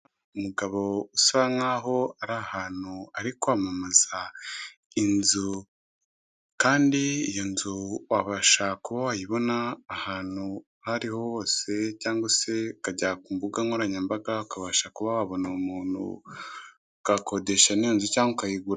Umugabo usa nkaho ari ahantu ari kwamamaza inzu, kandi iyo nzu wabasha kuba wayibona ahantu hariho hose cyangwa se ukajya ku mbuga nkoranyambaga ukabasha kuba wabona uwo muntu ugakodesha niyo nzu cyangwa se ukayigura.